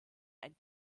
ein